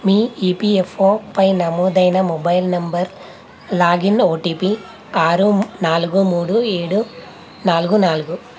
మీ EPFO పై నమోదైన mobile number login OTP ఆరు నాలుగు మూడు ఏడు నాలుగు నాలుగు